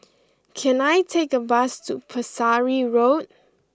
can I take a bus to Pesari Road